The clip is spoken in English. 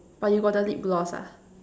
but you got the lip gloss ah